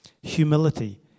Humility